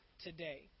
today